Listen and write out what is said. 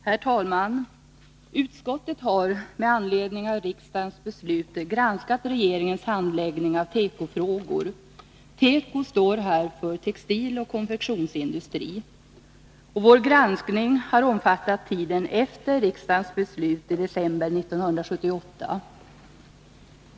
Herr talman! Utskottet har — med anledning av riksdagens beslut — granskat regeringens handläggning av tekofrågor. Teko står här för textiloch konfektionsindustri. Vår granskning har omfattat tiden efter riksdagens beslut i december 1978.